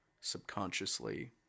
subconsciously